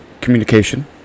communication